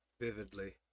vividly